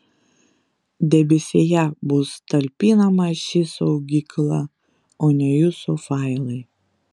debesyje bus talpinama ši saugykla o ne jūsų failai